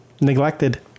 neglected